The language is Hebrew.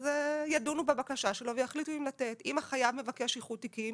אז ידונו בבקשה שלו ויחליטו אם לתת .אם החייב מבקש איחוד תיקים,